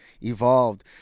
evolved